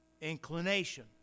inclination